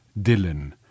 Dylan